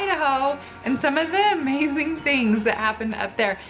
ah idaho and some of the amazing things that happened up there.